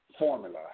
formula